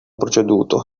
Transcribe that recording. proceduto